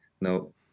no